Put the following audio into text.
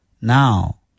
now